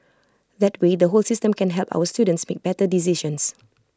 that way the whole system can help our students make better decisions